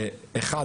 אחד,